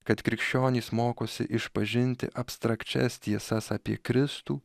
kad krikščionys mokosi išpažinti abstrakčias tiesas apie kristų